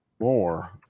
more